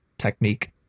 technique